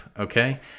Okay